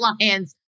Lions